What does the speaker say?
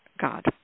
God